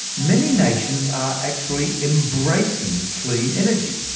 many nations are actually embracing clean energy.